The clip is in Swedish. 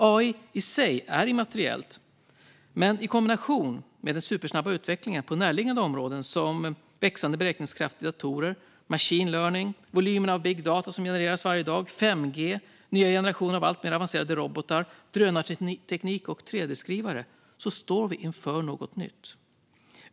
AI i sig är immateriellt, men i kombination med den supersnabba utvecklingen inom närliggande områden som växande beräkningskraft i datorer, machine learning, volymerna av big data som genereras varje dag, 5G, nya generationer av alltmer avancerade robotar, drönarteknik och 3D-skrivare står vi inför något nytt.